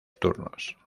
turnos